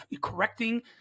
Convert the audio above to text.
correcting